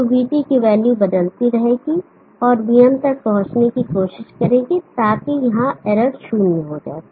तो vT की value बदलती रहेगी और vm तक पहुंचने की कोशिश करेगा ताकि यहां इरर शून्य हो जाए